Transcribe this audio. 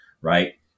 Right